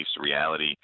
reality